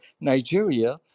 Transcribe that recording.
Nigeria